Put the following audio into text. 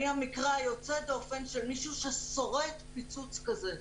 ואני המקרה היוצא דופן של מישהו ששורד פיצוץ כזה.